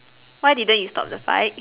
why didn't you stop the fight